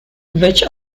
which